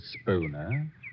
Spooner